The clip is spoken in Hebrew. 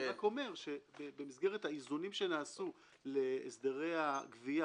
אני רק אומר שבמסגרת האיזונים שנעשו להסדרי הגבייה